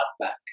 back